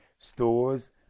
stores